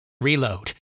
Reload